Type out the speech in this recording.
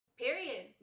period